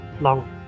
long